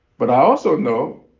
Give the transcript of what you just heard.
but i also know,